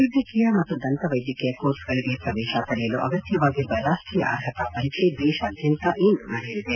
ವೈದ್ಯಕೀಯ ಮತ್ತು ದಂತವೈದ್ಯಕೀಯ ಕೋರ್ಸ್ಗಳಿಗೆ ಪ್ರವೇಶ ಪಡೆಯಲು ಅಗತ್ವವಾಗಿರುವ ರಾಷ್ಟೀಯ ಅರ್ಹತಾ ಪರೀಕ್ಷೆ ದೇಶಾದ್ಭಂತ ಇಂದು ನಡೆಯಲಿದೆ